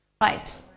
Right